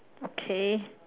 okay